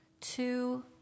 two